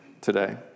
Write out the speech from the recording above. today